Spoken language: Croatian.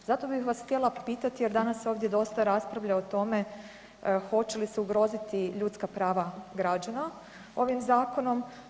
Zato bih vas htjela pitati jer danas se ovdje dosta raspravlja o tome hoće li se ugroziti ljudska prava građana ovim zakonom?